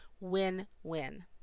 Win-win